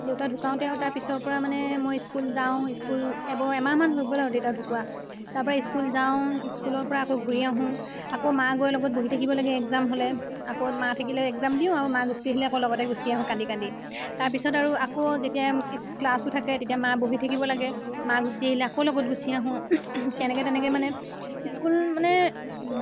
দেউতা ঢুকাওঁতে আৰু তাৰ পিছৰ পৰা মানে মই স্কুল যাওঁ স্কুল এব এমাহমান হৈ গ'ল আৰু দেউতা ঢুকোৱা তাৰ পৰা স্কুল যাওঁ স্কুলৰ পৰা আকৌ ঘূৰি আহোঁ আকৌ মা গৈ লগত বহি থাকিব লাগে একজাম হ'লে আকৌ মা থাকিলে একজাম দিওঁ আৰু মা গুচি আহিলে আকৌ লগতে গুচি আহোঁ কান্দি কান্দি তাৰপিছত আৰু আকৌ যেতিয়াই ক্লাছো থাকে তেতিয়া মা বহি থাকিব লাগে মা গুচি আহিলে আকৌ লগত গুচি আহোঁ তেনেকৈ তেনেকৈ মানে স্কুল মানে